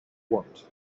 want